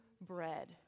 bread